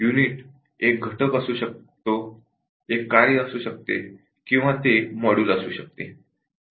unit एक component function किंवा ते एक मॉड्यूल असू शकते